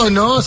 no